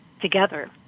together